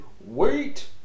wait